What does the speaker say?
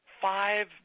Five